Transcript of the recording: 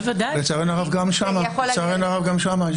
לצערנו הרב גם לשם.